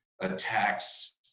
attacks